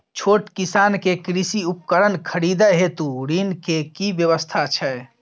छोट किसान के कृषि उपकरण खरीदय हेतु ऋण के की व्यवस्था छै?